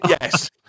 Yes